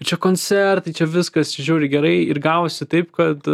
čia koncertai čia viskas žiauriai gerai ir gavosi taip kad